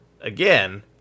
again